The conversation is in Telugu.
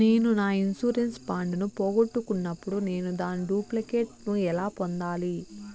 నేను నా ఇన్సూరెన్సు బాండు ను పోగొట్టుకున్నప్పుడు నేను దాని డూప్లికేట్ ను ఎలా పొందాలి?